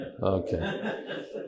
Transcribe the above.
Okay